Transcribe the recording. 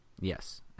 Yes